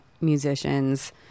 musicians